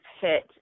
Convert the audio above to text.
hit